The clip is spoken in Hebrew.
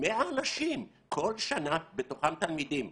100 אנשים כל שנה בתוכם תלמידים.